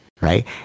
right